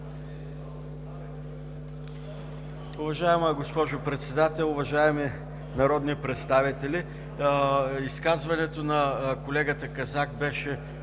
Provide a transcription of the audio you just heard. Уважаема госпожо Председател, уважаеми народни представители! Изказването на колегата Казак беше